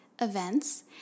events